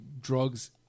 drugs